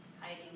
hiding